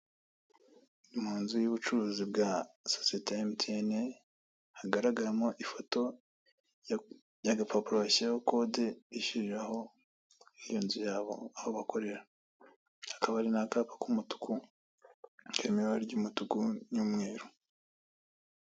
Ni mu nzu y'ubucuruzi bwa sosiyete ya MTN, hagaragaramo ifoto y'agapapuro bashyiraho kode bishyuriraho iyo nzu yabo aho bakorera, hakaba hari n'akapa k'umutuku karimo ibara ry'umutuku n'umweru.